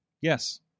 yes